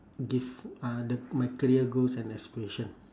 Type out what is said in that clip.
give uh the my career goals and aspiration